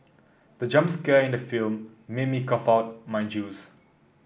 the jump scare in the film made me cough out my juice